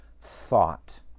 thought